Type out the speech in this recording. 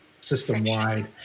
System-wide